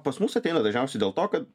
pas mus ateina dažniausiai dėl to kad